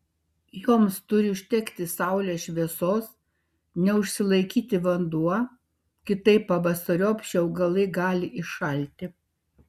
joms turi užtekti saulės šviesos neužsilaikyti vanduo kitaip pavasariop šie augalai gali iššalti